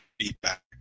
feedback